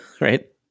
right